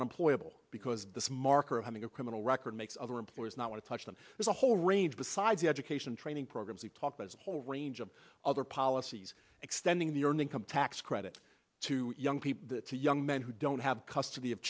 on employable because this marker of having a criminal record makes other employers not want to touch them there's a whole range besides the education and training programs we've talked as a whole range of other policies extending the earned income tax credit to young people to young men who don't have custody of